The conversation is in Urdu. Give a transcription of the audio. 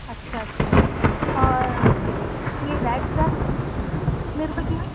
اچھا اچھا اور یہ ریڈ گراپس کتنے روپے کلو